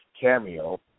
Cameo